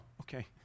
okay